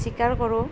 স্বীকাৰ কৰোঁ